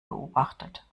beobachtet